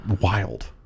wild